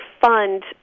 fund